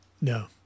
No